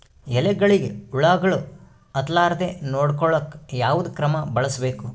ಎಲೆಗಳಿಗ ಹುಳಾಗಳು ಹತಲಾರದೆ ನೊಡಕೊಳುಕ ಯಾವದ ಕ್ರಮ ಬಳಸಬೇಕು?